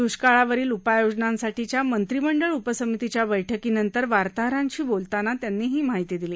दुष्काळावरील उपाययोजनांसाठीच्या मंत्रीमंडळ उपसमितीच्या बैठकीनंतर वार्ताहरांशी बोलतांना त्यांनी ही माहिती दिली